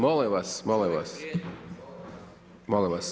Molim vas, molim vas, molim vas.